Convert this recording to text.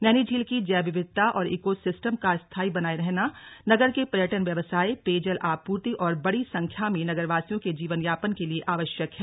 नैनीझील की जैव विविधता और ईको सिस्टम का स्थाई बने रहना नगर के पर्यटन व्यवसाय पेयजल आपूर्ति और बड़ी संख्या में नगरवासियों के जीवनयापन के लिए आवश्यक है